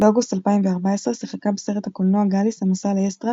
באוגוסט 2014 שיחקה בסרט הקולנוע "גאליס - המסע לאסטרה",